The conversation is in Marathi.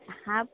हां